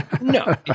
No